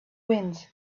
wind